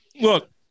look